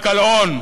רק על הון,